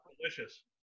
delicious